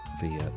via